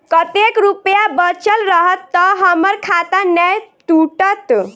कतेक रुपया बचल रहत तऽ हम्मर खाता नै टूटत?